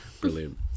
Brilliant